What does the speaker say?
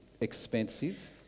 expensive